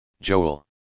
Joel